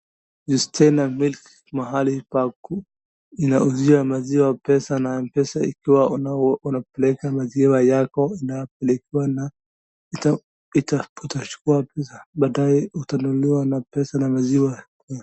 Yustina milk mahali pa ku inauzia maziwa pesa na mpesa ikiwa wako na unapeleka maziwa yako na kulipa na utachukua pesa baadae utachukua pesa na maziwa.